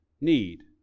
Need